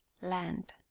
Land